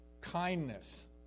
kindness